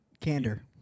candor